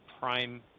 prime